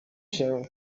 się